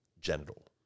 genital